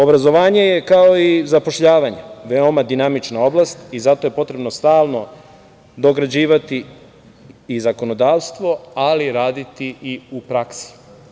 Obrazovanje je kao i zapošljavanje, veoma dinamična oblast i zato je potrebno stalno dograđivati i zakonodavstvo, ali raditi i u praksi.